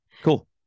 Cool